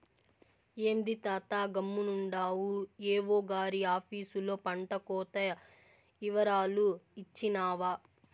ఏంది తాతా గమ్మునుండావు ఏవో గారి ఆపీసులో పంటకోత ఇవరాలు ఇచ్చినావా